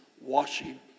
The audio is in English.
washing